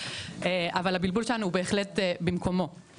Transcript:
אבל הבלבול שלנו הוא בהחלט במקומו.